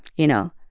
you know,